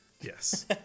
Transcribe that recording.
Yes